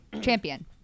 champion